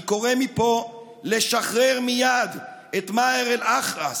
אני קורא מפה לשחרר מייד את מאהר אל-אח'רס.